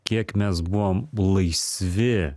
kiek mes buvom laisvi